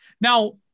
Now